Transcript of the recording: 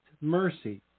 mercy